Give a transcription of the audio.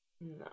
No